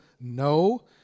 no